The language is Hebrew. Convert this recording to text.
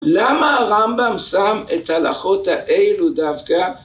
למה הרמב״ם שם את ההלכות האלו דווקא?